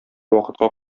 вакытка